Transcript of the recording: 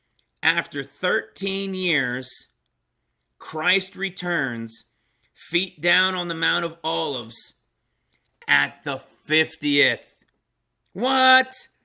after thirteen years christ returns feet down on the mount of olives at the fiftieth what?